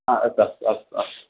आ अस्तु अस्तु अस्तु अस्तु